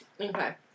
Okay